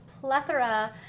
plethora